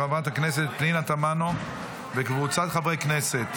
של חברת הכנסת פנינה תמנו וקבוצת חברי הכנסת.